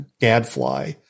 gadfly